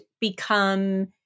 become